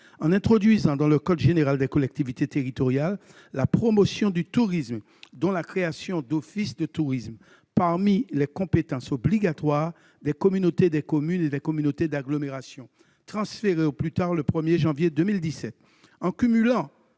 en introduisant dans le code général des collectivités territoriales la « promotion du tourisme, dont la création d'offices de tourisme » parmi les compétences obligatoires des communautés de communes et des communautés d'agglomération, transférées au plus tard le 1 janvier 2017.